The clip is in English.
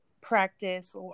practice